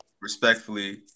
respectfully